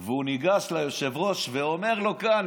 והוא ניגש ליושב-ראש ואומר לו כאן,